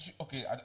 Okay